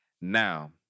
Now